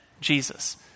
Jesus